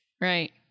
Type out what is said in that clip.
Right